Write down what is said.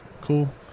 cool